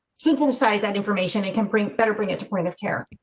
synthesize that information, it can bring better bring it to point of care.